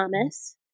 Thomas